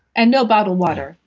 and no bottled water.